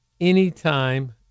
anytime